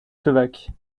slovaque